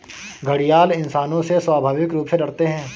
घड़ियाल इंसानों से स्वाभाविक रूप से डरते है